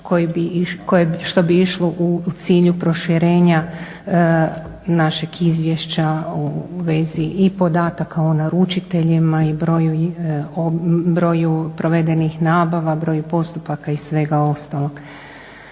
što bi išlo u cilju proširenja našeg izvješća o vezi i podataka o naručiteljima i broju provedenih nabava, broju postupaka i svega ostalog.